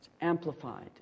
amplified